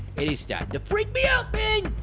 it is starting to freak me out